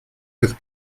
with